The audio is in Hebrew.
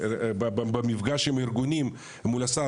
במפגש עם ארגונים מול השר,